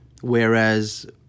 Whereas